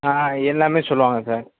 ஆ எல்லாமே சொல்வாங்க சார்